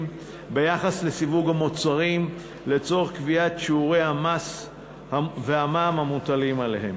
ביחס לסיווג המוצרים לצורך קביעת שיעורי המס והמע"מ המוטלים עליהם.